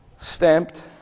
Stamped